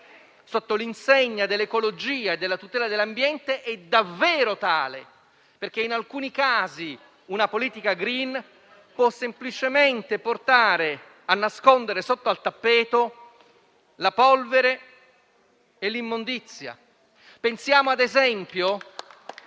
sotto l'insegna dell'ecologia e della tutela dell'ambiente è davvero tale. In alcuni casi una politica *green* può infatti semplicemente portare a nascondere sotto al tappeto la polvere e l'immondizia.